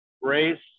race